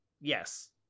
yes